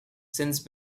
since